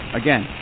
again